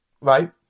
right